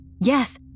Yes